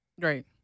Right